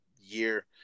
year